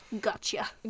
gotcha